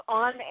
on